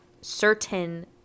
certain